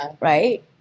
right